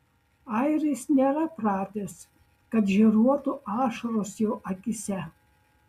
airis nėra pratęs kad žėruotų ašaros jo akyse